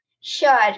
Sure